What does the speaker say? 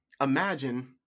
imagine